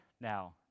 now